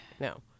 No